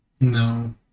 No